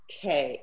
Okay